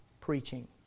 preaching